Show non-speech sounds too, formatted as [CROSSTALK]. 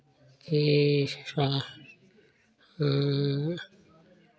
छे [UNINTELLIGIBLE] हाँ